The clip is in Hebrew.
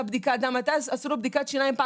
בדיקת דם -- עשו לו בדיקת שיניים,